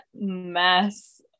mess